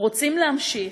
רוצים להמשיך,